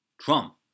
trump